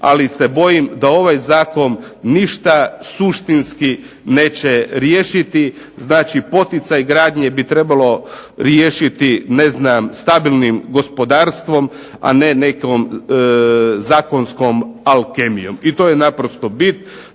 ali se bojim da ovaj Zakon ništa suštinski neće riješiti, znači poticaj gradnje bi trebalo riješiti stabilnim gospodarstvom a ne nekom zakonskom alkemijom. I to je naprosto bit.